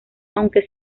aunque